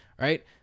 right